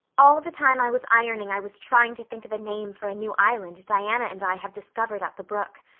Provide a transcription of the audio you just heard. all the time i was ironing i was trying to think of a name for a new island diana and i have discovered up the brook.